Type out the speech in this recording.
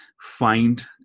find